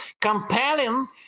compelling